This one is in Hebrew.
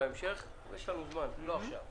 יש לנו זמן, לא עכשיו.